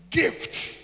gifts